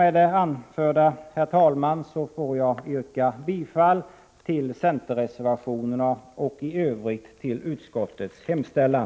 Med det anförda ber jag att få yrka bifall till centerreservationerna och i övrigt till utskottets hemställan.